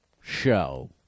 show